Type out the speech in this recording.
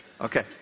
Okay